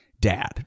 Dad